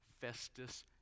Festus